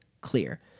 clear